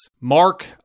Mark